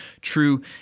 true